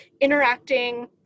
interacting